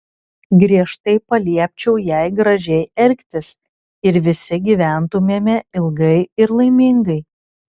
griežtai paliepčiau jai gražiai elgtis ir visi gyventumėme ilgai ir laimingai